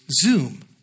Zoom